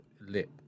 lip